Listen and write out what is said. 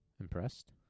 impressed